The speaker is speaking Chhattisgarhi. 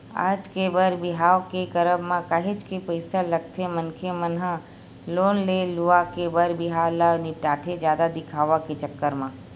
आज के बर बिहाव के करब म काहेच के पइसा लगथे मनखे मन ह लोन ले लुवा के बर बिहाव ल निपटाथे जादा दिखावा के चक्कर म